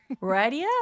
Radio